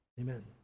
Amen